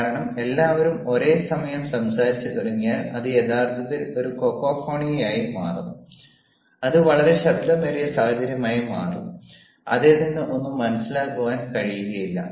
കാരണം എല്ലാവരും ഒരേ സമയം സംസാരിച്ചു തുടങ്ങിയാൽ അത് യഥാർത്ഥത്തിൽ ഒരു കൊക്കോഫോണിയായി മാറും അത് വളരെ ശബ്ദം ഏറിയ സാഹചര്യമായി മാറും അതിൽ നിന്ന് ഒന്നും മനസ്സിലാക്കാൻ കഴിയില്ല